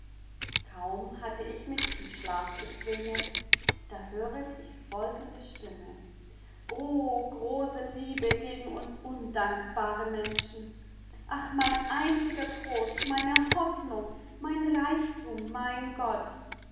kaum hatte ich mich zum schlaf bequemet da höret ich folgende stimme o große liebe gegen uns undankbare menschen ach mein einziger trost meine hoffnung mein reichtum mein gott